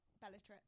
Bellatrix